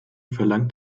verlangt